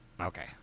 Okay